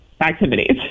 Activities